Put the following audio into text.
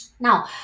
Now